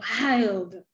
wild